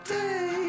day